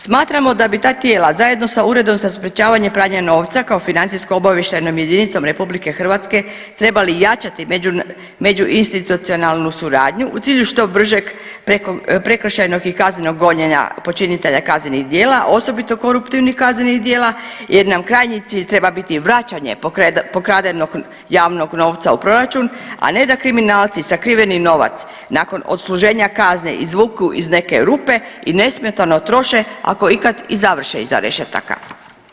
Smatramo da bi ta tijela zajedno sa Uredom za sprječavanje pranja novca kao financijsko obavještajnom jedinicom RH trebali jačati međuinstitucionalnu suradnju u cilju što bržeg prekršajnog i kaznenog gonjenja počinitelja kaznenih djela, osobito koruptivnih kaznenih djela jer nam krajnji cilj treba biti vraćanje pokradenog javnog novca u proračun, a ne da kriminalci sakriveni novac nakon odsluženja kazne izvuku iz neke rupe i nesmetano troše ako ikad i završe iza rešetaka.